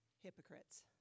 hypocrites